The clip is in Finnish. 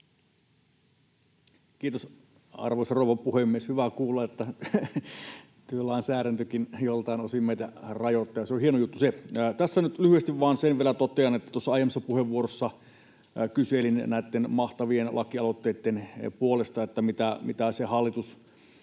Kiitos, arvoisa rouva puhemies! Hyvä kuulla, että työaikalainsäädäntökin joltain osin meitä rajoittaa. Se on hieno juttu se. Tässä nyt vielä totean lyhyesti vain sen, että aiemmassa puheenvuorossani kyselin näitten mahtavien lakialoitteitten puolesta, mitä hallitus,